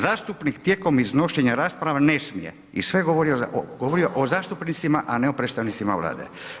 Zastupnik tijekom iznošenja rasprave ne smije…“ i sve govori o zastupnicima a ne o predstavnicima Vlade.